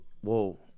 whoa